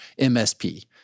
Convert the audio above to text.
MSP